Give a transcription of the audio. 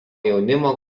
jaunimo